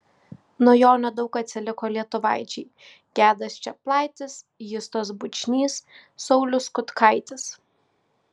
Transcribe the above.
nuo jo nedaug atsiliko lietuvaičiai gedas čeplaitis justas bučnys saulius kutkaitis